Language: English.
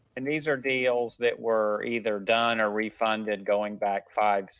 and these are deals that were either done or refunded going back five,